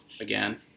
again